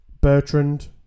Bertrand